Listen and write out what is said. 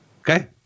Okay